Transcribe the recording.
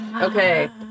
Okay